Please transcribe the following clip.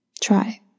Try